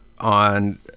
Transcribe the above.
on